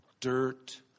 dirt